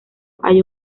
hay